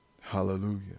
Hallelujah